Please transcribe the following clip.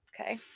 Okay